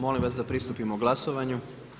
Molim vas da pristupimo glasovanju.